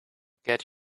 get